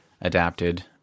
adapted